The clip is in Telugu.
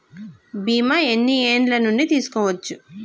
బీమా ఎన్ని ఏండ్ల నుండి తీసుకోవచ్చు?